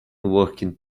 working